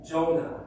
Jonah